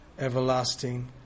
everlasting